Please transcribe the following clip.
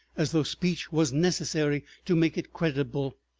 as though speech was necessary to make it credible,